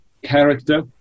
Character